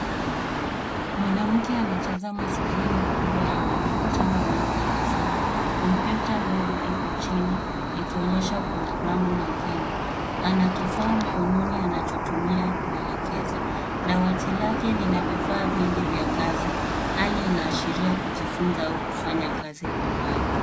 Mwanamke anatazama skrini kubwa yenye mikutano mingi ya zoom, kompyuta ndogo iko chini ikionyesha programu nyingine. Ana kifaa mkononi anachotumia kuelekeza. Dawati lake lina vifaa vingi vya kazi. Hali inaashiria kujifunza au kufanya kazi kwa mbali.